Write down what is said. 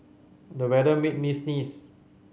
the weather made me sneeze